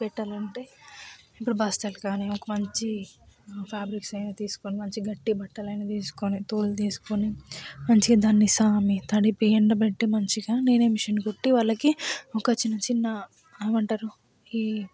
పెట్టాలంటే ఇప్పుడు బస్తా కానీ ఒక మంచి ఫ్యాబ్రిక్స్ అయినా తీసుకొని మంచి గట్టి బట్టలు అయినా తీసుకొని తోలు తీసుకొని మంచిగా దాన్ని రామి తడిపి ఎండబెట్టి మంచిగా నేనే మిషన్ కుట్టి వాళ్ళకి ఒక చిన్న చిన్న ఏమంటారు ఈ